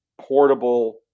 portable